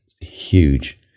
huge